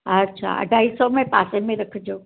अच्छा अढाई सौ में पासे मे रखिजो